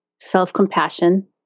Self-Compassion